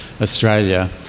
Australia